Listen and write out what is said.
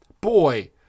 boy